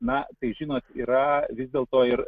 na tai žinot yra vis dėl to ir